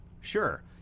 Sure